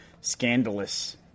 scandalous